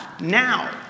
now